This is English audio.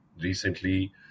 recently